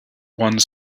one